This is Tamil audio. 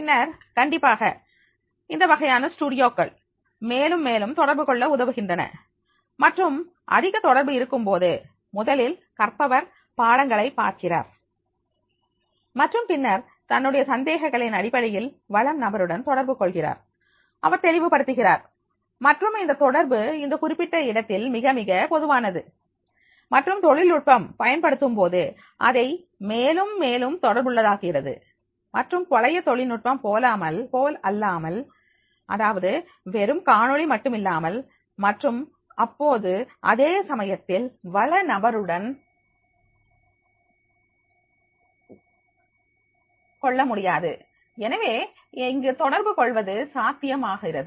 பின்னர் கண்டிப்பாக இந்த வகையான ஸ்டூடியோக்கள் மேலும் மேலும் தொடர்பு கொள்ள உதவுகின்றன மற்றும் அதிக தொடர்பு இருக்கும் போது முதலில் கற்பவர் பாடங்களை பார்க்கிறார் மற்றும் பின்னர் தன்னுடைய சந்தேகங்களின் அடிப்படையில் வளம் நபருடன் தொடர்பு கொள்கிறார் அவர் தெளிவுபடுத்துகிறார் மற்றும் இந்த தொடர்பு இந்த குறிப்பிட்ட இடத்தில் மிக மிக பொதுவானது மற்றும் தொழில்நுட்பம் பயன்படுத்தும் போது அதை மேலும் மேலும் தொடர்புள்ளதாகிறது மற்றும் பழைய தொழில்நுட்பம் போலல்லாமல் அதாவது வெறும் காணொளி மட்டுமில்லாமல் மற்றும் அப்போது அதேசமயத்தில் வள நபருடன் கொள்ள முடியாது எனவே இங்கு தொடர்பு கொள்வது சாத்தியம் ஆகிறது